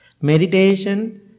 Meditation